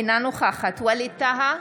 אינה נוכחת ווליד טאהא,